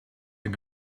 ein